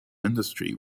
industry